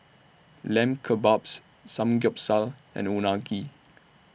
Lamb Kebabs Samgyeopsal and Unagi